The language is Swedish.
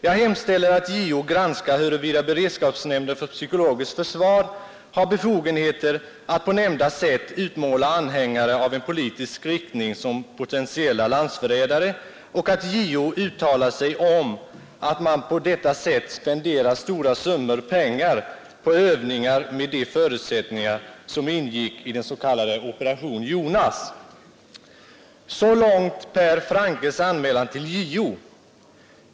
Jag hemställer att JO granskar huruvida beredskapsnämnden för psykologiskt försvar har befogenheter att på nämnda sätt utmåla anhängare av en politisk riktning som potentiella landsförrädare och att JO uttalar sig om att man på detta sätt spenderar stora summor på övningar med de förutsättningar som ingick i den s.k. Operation Jonas.” Så långt Per Franckes anmälan till JO.